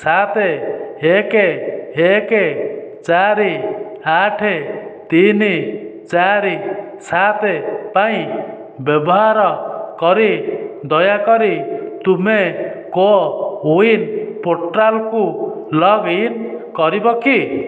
ସାତ ଏକ ଏକ ଚାରି ଆଠ ତିନି ଚାରି ସାତ ପାଇଁ ବ୍ୟବହାର କରି ଦୟାକରି ତୁମେ କୋୱିନ ପୋର୍ଟାଲକୁ ଲଗ୍ଇନ କରିବ କି